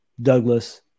Douglas